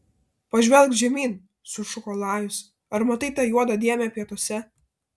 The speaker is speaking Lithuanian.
pažvelk žemyn sušuko lajus ar matai tą juodą dėmę pietuose